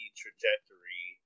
trajectory